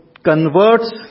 converts